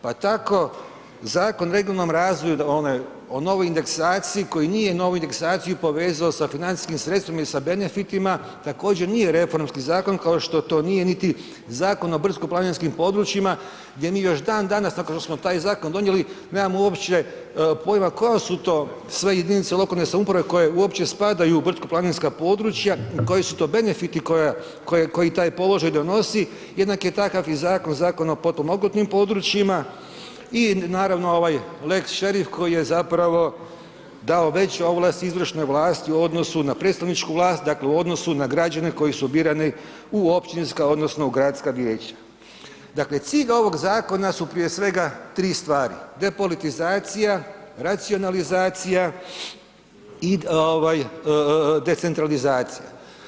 Pa tako Zakon o regionalnoj razvoju, o novoj indeksaciji koji nije novu indeksaciju povezao sa financijskim sredstvima i sa benefitima, također nije reformski zakon kao što to nije niti Zakon o brdsko-planinskim područjima gdje mi još dandanas nakon što taj zakon donijeli, nemamo uopće pojma koje su to sve jedinice lokalne samouprave koje uopće spadaju u brdsko-planinska područja i koji su to benefiti koji taj položaj donosi, jednak je takav i zakon, Zakon o potpomognutim područjima i naravno ovaj lex Šerif koji je zapravo veće ovlasti izvršnoj vlasti u odnosu na predstavničku vlast, dakle u odnosu na građane koji su birani u općinska odnosno u gradska vijeća. dakle, cilj ovog zakona su prije svega tri stvari, depolitizacija, racionalizacija i decentralizacija.